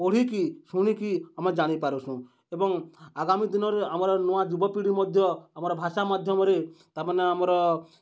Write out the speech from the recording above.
ପଢ଼ିକି ଶୁଣିକି ଆମେ ଜାଣିପାରୁସୁଁ ଏବଂ ଆଗାମୀ ଦିନରେ ଆମର ନୂଆ ଯୁବପିଢ଼ି ମଧ୍ୟ ଆମର ଭାଷା ମାଧ୍ୟମରେ ତାମାନେ ଆମର